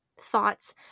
thoughts